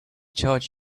charge